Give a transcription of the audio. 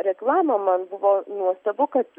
reklamą man buvo nuostabu kad